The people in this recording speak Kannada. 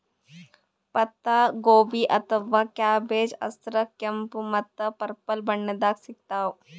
ಪತ್ತಾಗೋಬಿ ಅಥವಾ ಕ್ಯಾಬೆಜ್ ಹಸ್ರ್, ಕೆಂಪ್ ಮತ್ತ್ ಪರ್ಪಲ್ ಬಣ್ಣದಾಗ್ ಸಿಗ್ತಾವ್